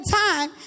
time